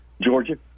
Georgia